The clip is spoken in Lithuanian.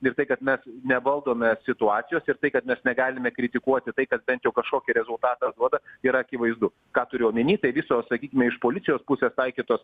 ir tai kad mes nevaldome situacijos ir tai kad mes negalime kritikuoti tai kas bent jau kažkokį rezultatą duoda yra akivaizdu ką turiu omeny tai visos sakykime iš policijos pusės taikytos